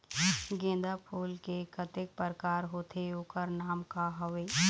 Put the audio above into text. गेंदा फूल के कतेक प्रकार होथे ओकर नाम का हवे?